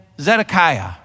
Zedekiah